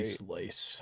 slice